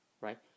right